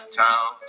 town